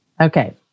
Okay